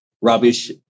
rubbish